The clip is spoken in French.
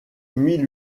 mille